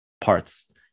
parts